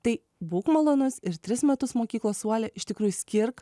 tai būk malonus ir tris metus mokyklos suole iš tikrųjų skirk